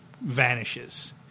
vanishes